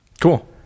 Cool